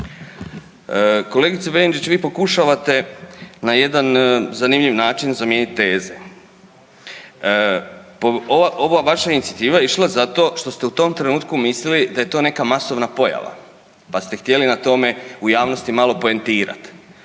Kolegice Benčić vi pokušavate na jedan zanimljiv način zamijeniti teze. Ova vaša inicijativa je išla za to što ste u tom trenutku mislili da je to neka masovna pojava pa ste htjeli na tome u javnosti malo poentirati.